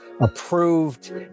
approved